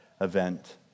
event